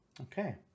Okay